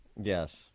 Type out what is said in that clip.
Yes